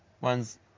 one's